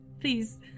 please